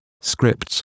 scripts